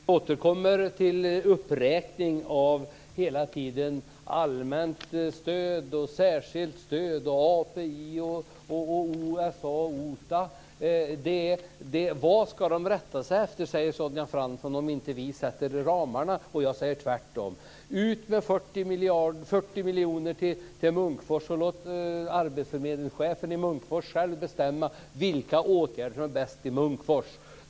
Fru talman! Man återkommer hela tiden till en uppräkning av allmänt stöd, särskilt stöd, API, OSA Vad ska de rätta sig efter, säger Sonja Fransson, om inte vi sätter ramarna? Jag säger tvärtom. Ut med 40 miljoner till Munkfors, och låt arbetsförmedlingschefen i Munkfors själv bestämma vilka åtgärder som är bäst i Munkfors.